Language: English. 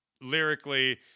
lyrically